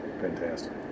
Fantastic